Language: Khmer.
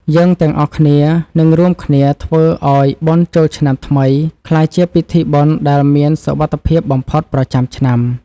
យើងទាំងអស់គ្នានឹងរួមគ្នាធ្វើឱ្យបុណ្យចូលឆ្នាំថ្មីក្លាយជាពិធីបុណ្យដែលមានសុវត្ថិភាពបំផុតប្រចាំឆ្នាំ។